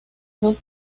dos